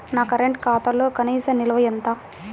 నా కరెంట్ ఖాతాలో కనీస నిల్వ ఎంత?